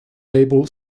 label